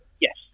Yes